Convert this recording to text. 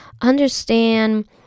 understand